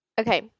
Okay